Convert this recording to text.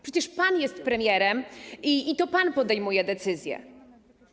Przecież pan jest premierem i to pan podejmuje decyzje.